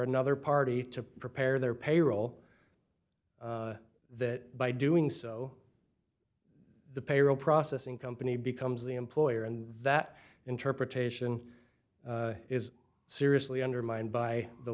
another party to prepare their payroll that by doing so the payroll processing company becomes the employer and that interpretation is seriously undermined by the